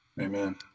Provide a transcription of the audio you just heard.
amen